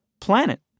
planet